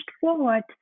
forward